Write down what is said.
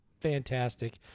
fantastic